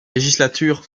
législatures